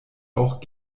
auch